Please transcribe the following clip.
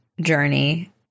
journey